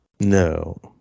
No